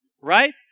Right